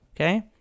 Okay